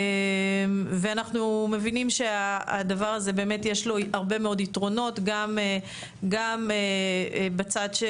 ואנחנו מבינים שלדבר הזה באמת יש הרבה מאוד יתרונות גם בצד של